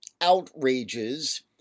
outrages